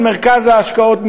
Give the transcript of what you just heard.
של מרכז ההשקעות,